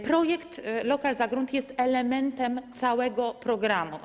Projekt: lokal za grunt jest elementem całego programu.